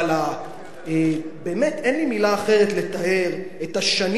אבל באמת אין לי מלה אחרת לתאר את השנים